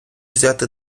взяти